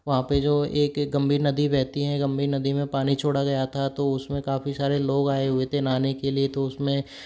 वहा पर जो एक गंभीर नदी बहती है गंभीर नदी में पानी छोड़ा गया था तो उसमे काफ़ी सारे लोग आए हुये थे नहाने के लिए तो उसमें